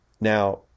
now